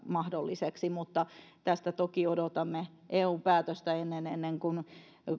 mahdolliseksi mutta tästä toki odotamme eun päätöstä ennen ennen kuin